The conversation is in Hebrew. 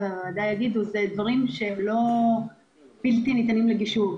אלה דברים שהם לא בלתי ניתנים לגישור.